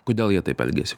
kodėl jie taip elgiasi